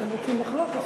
אתם רוצים לחלוק?